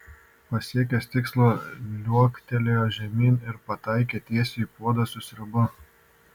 pasiekęs tikslą liuoktelėjo žemyn ir pataikė tiesiai į puodą su sriuba